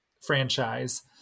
franchise